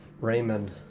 Raymond